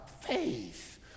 faith